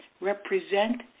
represent